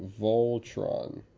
Voltron